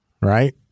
Right